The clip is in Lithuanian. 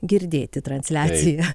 girdėti transliaciją